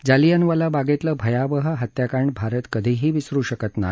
जालियनवाला बागेतलं भयावह हत्याकांड भारत कधीही विसरू शकत नाही